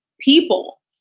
people